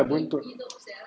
buntut